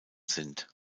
sind